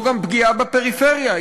זו גם פגיעה בפריפריה,